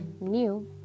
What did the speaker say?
new